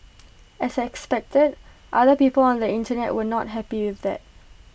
as expected other people on the Internet were not happy with that